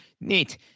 Neat